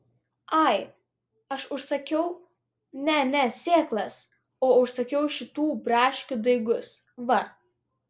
ai aš užsakiau ne ne sėklas o užsakiau šitų braškių daigus va